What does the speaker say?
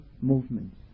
movements